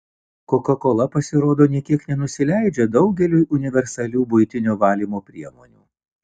kokakola pasirodo nė kiek nenusileidžia daugeliui universalių buitinių valymo priemonių